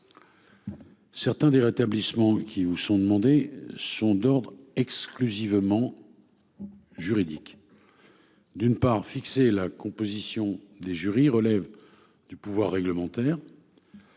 Certains des rétablissements qui nous sont demandés sont d'ordre exclusivement. Juridique. D'une part fixer la composition des jurys relève du pouvoir réglementaire.